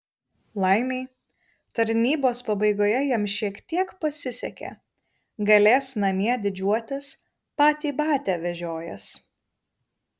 laimei tarnybos pabaigoje jam šiek tiek pasisekė galės namie didžiuotis patį batią vežiojęs